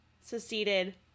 seceded